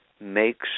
makes